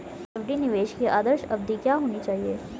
FD निवेश की आदर्श अवधि क्या होनी चाहिए?